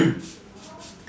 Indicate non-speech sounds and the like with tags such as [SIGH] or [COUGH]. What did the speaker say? [COUGHS]